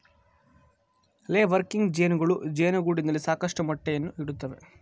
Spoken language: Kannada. ಲೇ ವರ್ಕಿಂಗ್ ಜೇನುಗಳು ಜೇನುಗೂಡಿನಲ್ಲಿ ಸಾಕಷ್ಟು ಮೊಟ್ಟೆಯನ್ನು ಇಡುತ್ತವೆ